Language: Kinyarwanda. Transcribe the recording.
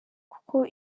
kuko